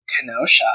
Kenosha